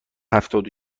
هفتاد